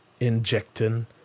injecting